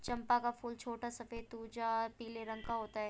चंपा का फूल छोटा सफेद तुझा पीले रंग का होता है